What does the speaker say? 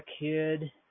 kid